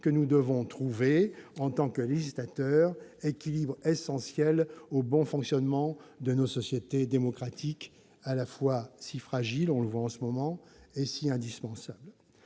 que nous devons trouver en tant que législateur, équilibre essentiel au bon fonctionnement de nos sociétés démocratiques, à la fois si fragile- on le voit en ce moment -et si indispensable.